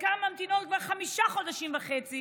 שחלקן ממתינות כבר חמישה חודשים וחצי